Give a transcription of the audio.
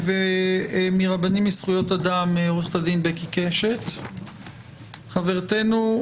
מרבנים לזכויות אדם עו"ד בקי קשת, חברתנו.